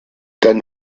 dann